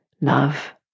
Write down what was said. love